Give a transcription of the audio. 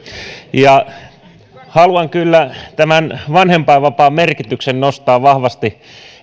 haluan tämän vanhempainvapaan merkityksen nostaa vahvasti